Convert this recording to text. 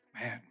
Man